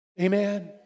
Amen